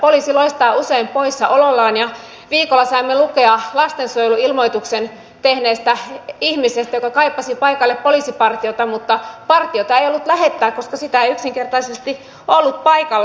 poliisi loistaa usein poissaolollaan ja viikolla saimme lukea lastensuojeluilmoituksen tehneestä ihmisestä joka kaipasi paikalle poliisipartiota mutta partiota ei ollut lähettää koska sitä ei yksinkertaisesti ollut paikalla